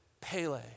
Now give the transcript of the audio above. Pele